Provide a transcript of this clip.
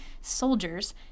soldiers